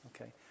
okay